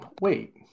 Wait